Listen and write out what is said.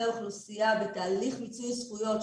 אוכלוסייה שנמצאת בתהליך מיצוי הזכויות,